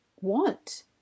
want